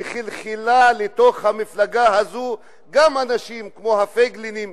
חלחלו לתוך המפלגה הזו גם אנשים כמו הפייגלינים,